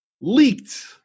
Leaked